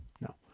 no